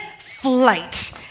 flight